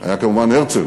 היה כמובן הרצל,